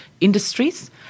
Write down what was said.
industries